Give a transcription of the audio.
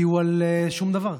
כי הוא על שום דבר.